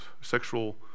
sexual